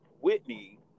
Whitney